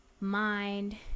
mind